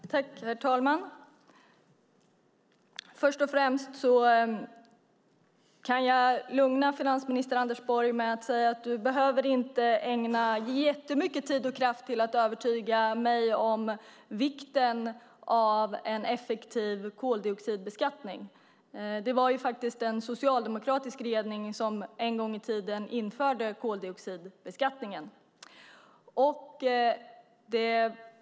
Herr talman! Först och främst kan jag lugna finansminister Anders Borg med att säga att han inte behöver ägna jättemycket tid och kraft åt att övertyga mig om vikten av en effektiv koldioxidbeskattning. Det var ju faktiskt en socialdemokratisk regering som en gång i tiden införde koldioxidbeskattningen.